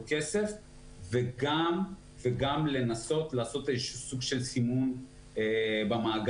כסף וגם לנסות לעשות סוג של סימון במאגר,